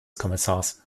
kommissars